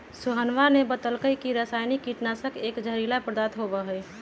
सोहनवा ने बतल कई की रसायनिक कीटनाशी एक जहरीला पदार्थ होबा हई